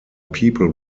people